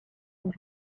and